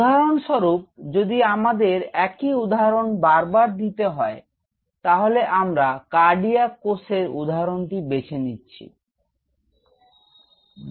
উদাহরণ স্বরুপ যদি আমাদের একই উদাহরণ বার বার নিতে হয় তাহলে আমরা কার্ডিয়াক কোষের উদাহরণটি বেছে নিচ্ছি Refer Time 0344